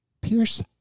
Pierce